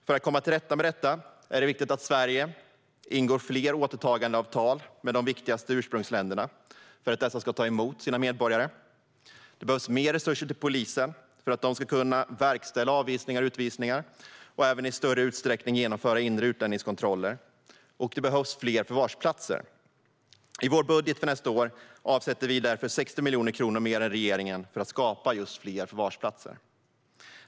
För att komma till rätta med detta är det viktigt att Sverige ingår fler återtagandeavtal med de viktigaste ursprungsländerna för att dessa ska ta emot sina medborgare. Det behövs mer resurser till polisen för att denna ska kunna verkställa avvisningar och utvisningar och även i större utsträckning genomföra inre utlänningskontroller. Det behövs också fler förvarsplatser. I vår budget för nästa år avsätter vi därför 60 miljoner kronor mer än regeringen just för att skapa fler förvarsplatser.